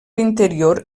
interior